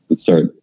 start